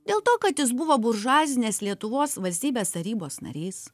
dėl to kad jis buvo buržuazinės lietuvos valstybės tarybos narys